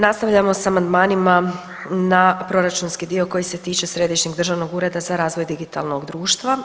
Nastavljamo s amandmanima na proračunski dio koji se tiče Središnjeg državnog ureda za razvoj digitalnog društva.